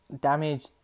damage